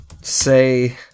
say